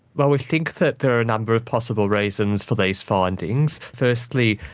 well, we think that there are a number of possible reasons for these findings. firstly,